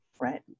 right